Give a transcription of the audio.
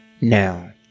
Now